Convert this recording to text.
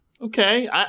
Okay